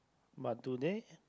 but do they